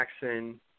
Jackson –